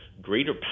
greater